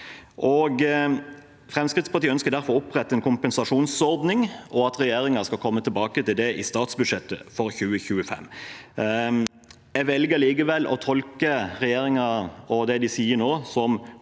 Fremskrittspartiet ønsker derfor å opprette en kompensasjonsordning og at regjeringen skal komme tilbake til det i statsbudsjettet for 2025. Jeg velger likevel å tolke regjeringen og det de sier nå, som